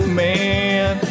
man